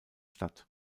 statt